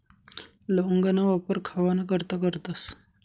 लवंगना वापर खावाना करता करतस